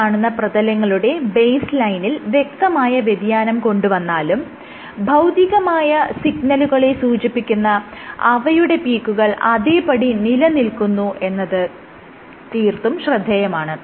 ഈ കാണുന്ന പ്രതലങ്ങളുടെ ബേസ് ലൈനിൽ വ്യക്തമായ വ്യതിയാനം കൊണ്ട് വന്നാലും ഭൌതികമായ സിഗ്നലുകളെ സൂചിപ്പിക്കുന്ന അവയുടെ പീക്കുകൾ അതേപടി നിലനിൽക്കുന്നു എന്നത് തീർത്തും ശ്രദ്ധേയമാണ്